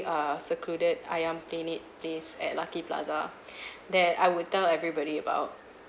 err secluded ayam penyet place at lucky plaza that I would tell everybody about